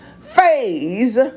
phase